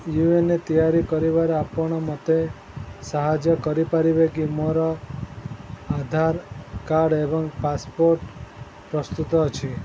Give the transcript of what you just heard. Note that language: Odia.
ୟୁ ଏ ଏନ୍ ତିଆରି କରିବାରେ ଆପଣ ମୋତେ ସାହାଯ୍ୟ କରିପାରିବେ କି ମୋର ଆଧାର କାର୍ଡ଼ ଏବଂ ପାସପୋର୍ଟ ପ୍ରସ୍ତୁତ ଅଛି